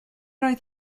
oedd